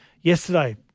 yesterday